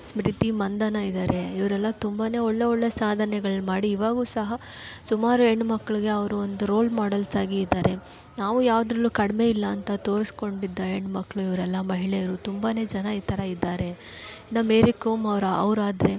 ಸ್ಮೃತಿ ಮಂದನ ಇದಾರೆ ಇವರೆಲ್ಲ ತುಂಬಾ ಒಳ್ಳೆ ಒಳ್ಳೆ ಸಾಧನೆಗಳ್ ಮಾಡಿ ಇವಾಗೂ ಸಹ ಸುಮಾರು ಹೆಣ್ಮಕ್ಳಗೆ ಅವರು ಒಂದು ರೋಲ್ ಮಾಡಲ್ಸಾಗಿ ಇದಾರೆ ನಾವು ಯಾವುದರಲ್ಲೂ ಕಡಿಮೆ ಇಲ್ಲ ಅಂತ ತೋರಿಸ್ಕೊಂಡಿದ್ದ ಹೆಣ್ಮಕ್ಳು ಇವರೆಲ್ಲ ಮಹಿಳೆಯರು ತುಂಬಾ ಜನ ಈ ಥರ ಇದ್ದಾರೆ ಇನ್ನ ಮೇರಿ ಕೋಮ್ ಅವ್ರು ಅವರಾದ್ರೆ